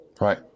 Right